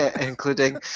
including